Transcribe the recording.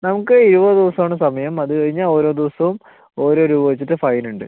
നമുക്ക് ഇരുപത് ദിവസം ആണ് സമയം അത് കഴിഞ്ഞാൽ ഓരോ ദിവസവും ഓരോ രൂപ വെച്ചിട്ട് ഫൈൻ ഉണ്ട്